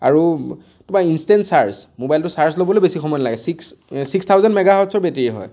আৰু কিবা instant charge মোবাইলটো চাৰ্জ ল'বলৈও বেছি সময় নালাগে ছিক্স ছিক্স থাউজেণ্ড মেগাহাৰ্ডছৰ বেটেৰী হয়